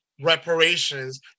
reparations